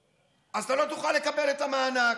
אז אתה לא תוכל לקבל את המענק.